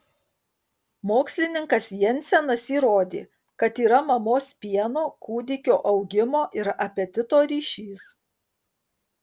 mokslininkas jensenas įrodė kad yra mamos pieno kūdikio augimo ir apetito ryšys